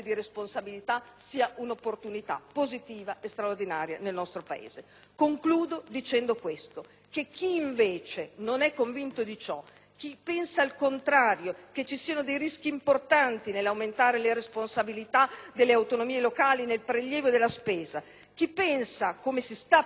positiva e straordinaria nel nostro Paese. Concludo dicendo che chi, invece, non è convinto di ciò, chi pensa il contrario e cioè che ci siano dei rischi importanti per l'economia nell'aumentare le responsabilità delle autonomie locali nel prelievo e nella spesa, chi pensa, come si sta praticando oggi da parte di questo Governo,